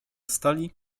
stali